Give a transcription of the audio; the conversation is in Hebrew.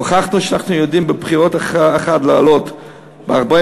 הוכחנו שאנחנו יודעים במערכת בחירות אחת לעלות ב-40%,